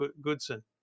Goodson